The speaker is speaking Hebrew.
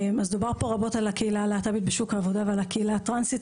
אז דובר פה רבות על הקהילה הלהט"בית בשוק העבודה ועל הקהילה הטרנסית.